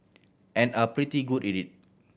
and are pretty good it